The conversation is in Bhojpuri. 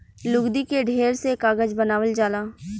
लुगदी के ढेर से कागज बनावल जाला